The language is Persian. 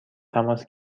تماس